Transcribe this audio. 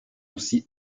aussi